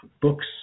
books